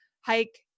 hike